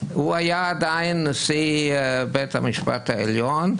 הוא היה עדיין נשיא בית המשפט העליון,